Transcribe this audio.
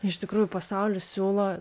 iš tikrųjų pasaulis siūlo